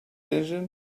engine